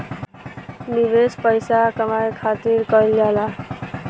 निवेश पइसा कमाए खातिर कइल जाला